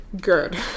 good